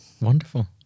wonderful